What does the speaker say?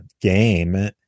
game